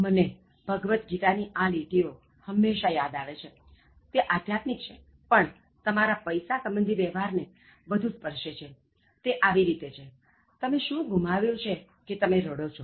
મને ભગવદ્ગીતા ની આ લીટી ઓ હંમેશા યાદ આવે છે તે આધ્યાત્મિક છે પણ તમારા પૈસા સંબંધી વ્યહવાર ને વધુ સ્પર્શે છે તે આવી રીતે છે તમે શું ગુમાવ્યું છે કે તમે રડો છો